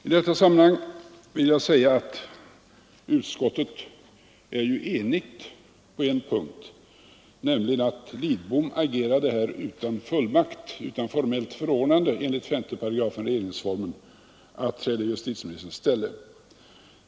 I detta sammanhang vill jag säga att utskottet är enigt på en punkt, nämligen om att statsrådet Lidbom här agerade utan fullmakt och utan formellt förordnande enligt 5 § regeringsformen att träda i justitieministerns ställe.